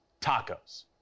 tacos